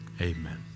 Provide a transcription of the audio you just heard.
Amen